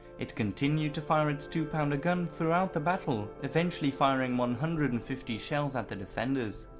it continued to fire its two pounder gun throughout the battle, eventually firing one hundred and fifty shells at the defenders.